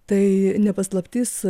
tai ne paslaptis